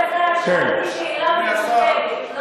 כבוד השר, שאלתי שאלה ממוקדת.